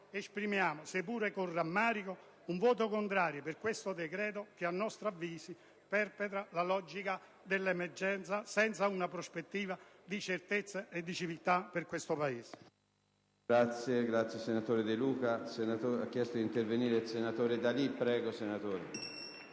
esprimiamo, seppure con rammarico, un voto contrario a questo decreto che - a nostro avviso - perpetra la logica dell'emergenza senza una prospettiva di certezza e di civiltà per questo Paese.